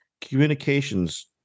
communications